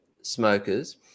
smokers